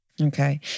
Okay